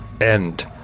end